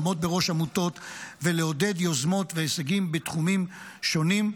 לעמוד בראש עמותות ולעודד יוזמות והישגים בתחומים שונים.